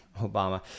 Obama